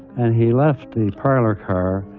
and he left the parlour car,